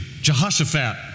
Jehoshaphat